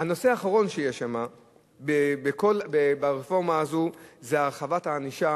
הנושא האחרון ברפורמה הזאת הוא הרחבת הענישה